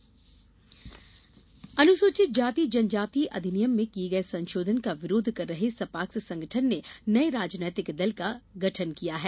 सपाक्स समाज पार्टी अन्रसुचित जाति जनजाति अधिनियम में किये गये संशोधन का विरोध कर रहे सपाक्स संगठन ने नये राजनैतिक दल का गठन किया है